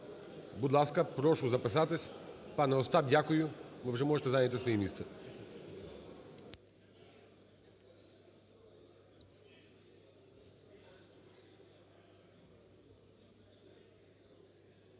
Будь ласка, прошу записатися. Пане Остап, дякую. Ви вже можете зайняти своє місце.